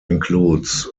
includes